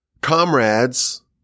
comrades